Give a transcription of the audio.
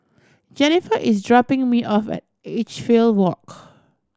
Jennifer is dropping me off at Edgefield Walk